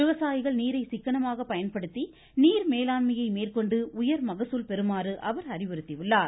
விவசாயிகள் நீரை சிக்கனமாக பயன்படுத்தி நீர்மேலாண்மையை மேற்கொண்டு உயர் மகசூல் பெறுமாறு அவர் அறிவுறுத்தியுள்ளார்